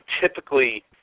typically